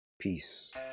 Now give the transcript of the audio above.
Peace